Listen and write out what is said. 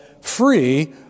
free